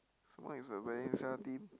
one is the Valencia team